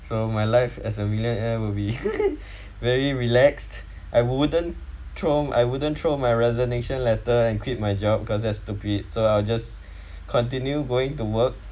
so my life as a millionaire will be very relax I wouldn't throw I wouldn't throw my resignation letter and quit my job because that's stupid so I will just continue going to work